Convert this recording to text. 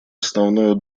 основную